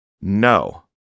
No